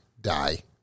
die